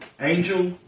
angel